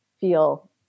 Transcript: feel